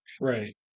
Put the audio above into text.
Right